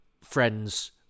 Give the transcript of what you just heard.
friends